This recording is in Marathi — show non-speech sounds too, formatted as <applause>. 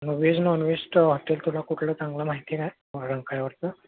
मग व्हेज नॉनव्हेजट्टं हॉटेल तुला कुठलं चांगलं माहिती आहे का <unintelligible> रंकाळ्यावरचं